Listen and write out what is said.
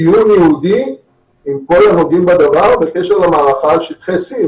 דיון ייעודי עם כל הנוגעים לדבר בקשר למערכה על שטחי C,